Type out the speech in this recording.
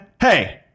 hey